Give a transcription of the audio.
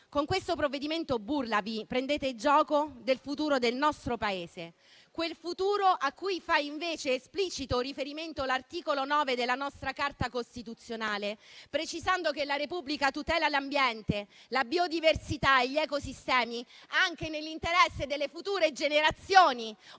Con questo provvedimento burla vi prendete gioco del futuro del nostro Paese, quel futuro a cui fa invece esplicito riferimento l'articolo 9 della nostra Carta costituzionale, precisando che la Repubblica «tutela l'ambiente, la biodiversità e gli ecosistemi, anche nell'interesse delle future generazioni».